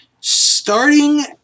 Starting